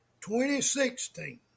2016